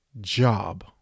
job